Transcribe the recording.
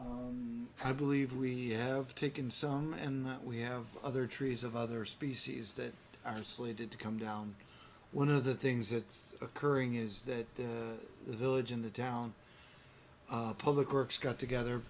on i believe we have taken some and that we have other trees of other species that are slated to come down one of the things that's occurring is that the village in the town of public works got together